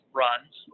runs